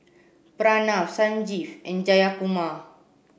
Pranav Sanjeev and Jayakumar